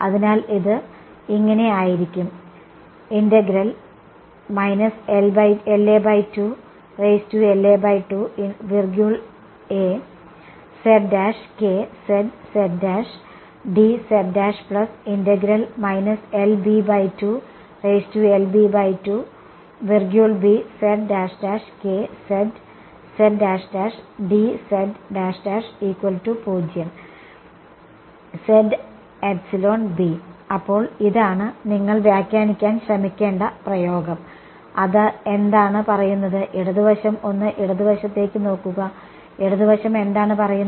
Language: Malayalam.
അതിനാൽ ഇത് ഇങ്ങനെ ആയിരിക്കും അപ്പോൾ ഇതാണ് നിങ്ങൾ വ്യാഖ്യാനിക്കാൻ ശ്രമിക്കേണ്ട പ്രയോഗം അത് എന്താണ് പറയുന്നത് ഇടതുവശം ഒന്ന് ഇടതുവശത്തേക്ക് നോക്കുക ഇടത് വശം എന്താണ് പറയുന്നത്